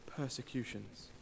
persecutions